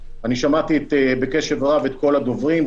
אני שמעתי בקשב רב את כל הדוברים,